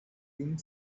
wind